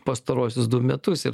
pastaruosius du metus ir